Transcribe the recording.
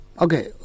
Okay